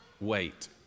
wait